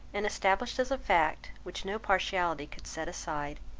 and established as a fact, which no partiality could set aside,